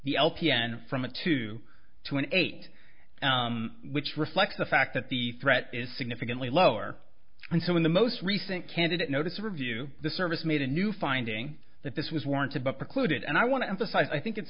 the lpn from a two to an eight which reflects the fact that the threat is significantly lower and so when the most recent candidate notice to review the service made a new finding that this was warranted but precluded and i want to emphasize i think it's